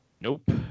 Nope